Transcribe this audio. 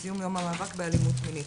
לציון יום המאבק באלימות מינית.